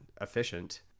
efficient